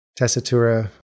Tessitura